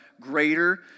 Greater